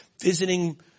visiting